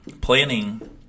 planning